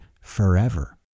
forever